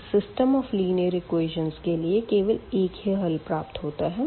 इस system of linear equation के लिए केवल एक ही हल प्राप्त होता है